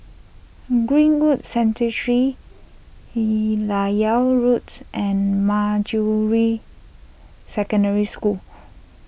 Greenwood Sanctuary Roads and Manjusri Secondary School